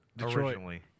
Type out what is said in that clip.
Originally